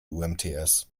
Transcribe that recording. umts